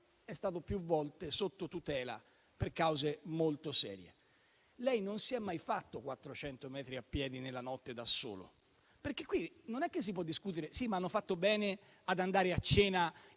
è stato più volte sotto tutela per cause molto serie. Lei non si è mai fatto 400 metri a piedi nella notte da solo. Qui non si può discutere se il capo scorta,